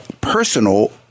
personal